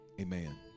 amen